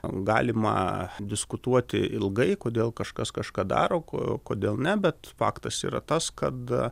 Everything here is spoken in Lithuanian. galima diskutuoti ilgai kodėl kažkas kažką daro o kodėl ne bet faktas yra tas kad